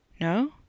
No